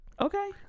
Okay